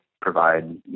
provide